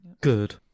good